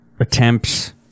Attempts